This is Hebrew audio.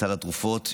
סל התרופות,